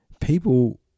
people